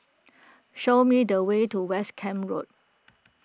show me the way to West Camp Road